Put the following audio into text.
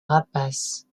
rapaces